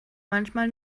manchmal